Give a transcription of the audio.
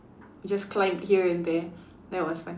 just climb here and there that was fun